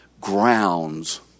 grounds